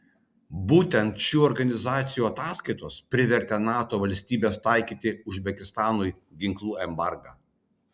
būtent šių organizacijų ataskaitos ir privertė nato valstybes taikyti uzbekistanui ginklų embargą